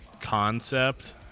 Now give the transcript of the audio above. concept